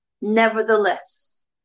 nevertheless